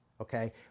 okay